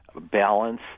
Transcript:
balance